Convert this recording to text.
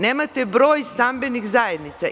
Nemate broj stambenih zajednica.